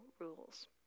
rules